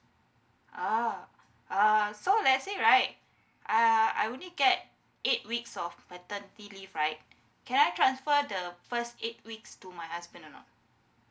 ah uh so let's say right uh I only get eight weeks of maternity leave right can I transfer the first eight weeks to my husband or not